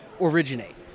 originate